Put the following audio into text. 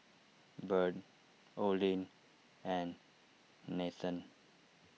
Bird Olin and Nathen